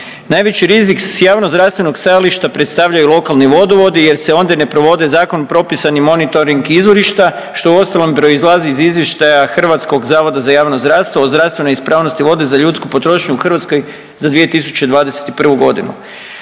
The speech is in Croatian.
Najveći rizik s javnozdravstvenog stajališta predstavljaju lokalni vodovodi jer se ondje ne provode zakon propisani monitoring izvorišta što uostalom proizlazi iz izvještaja HZJZ-a o zdravstvenoj ispravnosti vode za ljudsku potrošnju u Hrvatskoj za 2021.g..